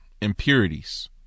impurities